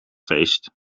feest